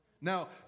Now